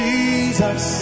Jesus